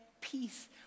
peace